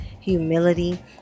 humility